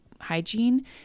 hygiene